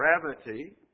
gravity